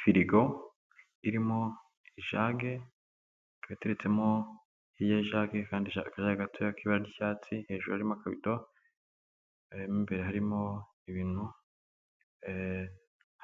Firigo irimo ijage ikaba iteretsemo iriya jage n' akandi ka jaga gato k'ibara ry'icyatsi, hejuru harimo akabido, imbere harimo ibintu